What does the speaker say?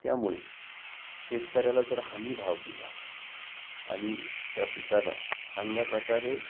त्यामुळे शेतकऱ्याला जर हमीभाव दिला आणि त्या पिकाला चांगल्या प्रकारे